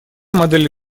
модель